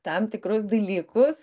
tam tikrus dalykus